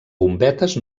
bombetes